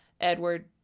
edward